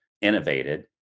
innovated